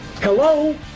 Hello